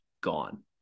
gone